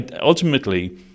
ultimately